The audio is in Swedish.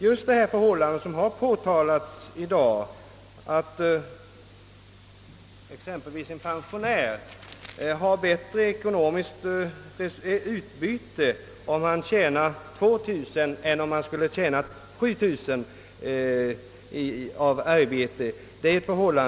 Just det missförhållande som påtalats i dag, att en pensionär har bättre ekonomiskt utbyte om han tjänar 2 000 kronor än om han tjänar 7 000 kronor måste rättas till.